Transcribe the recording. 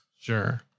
Sure